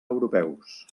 europeus